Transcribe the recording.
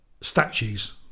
Statues